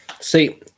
See